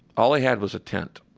all they had was a tent.